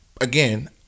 again